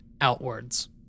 outwards